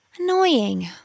annoying